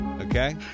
Okay